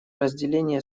разделение